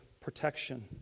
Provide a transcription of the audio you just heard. protection